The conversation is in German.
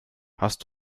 hast